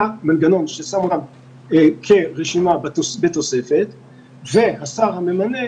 אלא מנגנון ששם אותם כרשימה בתוספת והשר הממנה